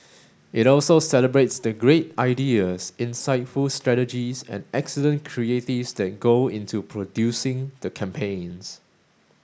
it also celebrates the great ideas insightful strategies and excellent creatives that go into producing the campaigns